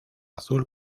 azul